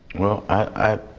i